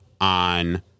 on